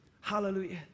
Hallelujah